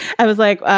i was like,